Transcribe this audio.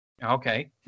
Okay